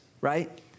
right